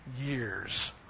years